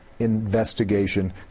Investigation